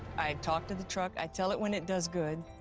i talk to the truck. i tell it when it does good.